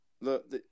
look